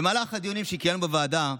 במהלך הדיונים שקיימנו בוועדה,